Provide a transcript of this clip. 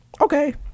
okay